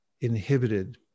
inhibited